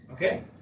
Okay